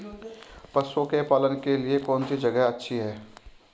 पशुओं के पालन के लिए कौनसी जगह अच्छी है?